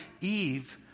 Eve